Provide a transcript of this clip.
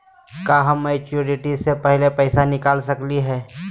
का हम मैच्योरिटी से पहले पैसा निकाल सकली हई?